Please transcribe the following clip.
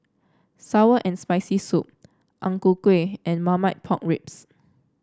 sour and Spicy Soup Ang Ku Kueh and Marmite Pork Ribs